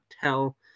tell